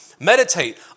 Meditate